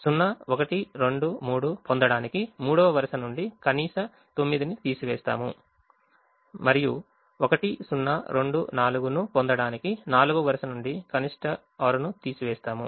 0 1 2 3 పొందడానికి 3వ వరుస నుండి కనీస 9ను తీసివేస్తాము మరియు 1 0 2 4 ను పొందటానికి 4వ వరుస నుండి కనిష్ట 6ను తీసివేస్తాము